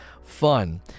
fun